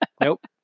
Nope